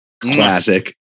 classic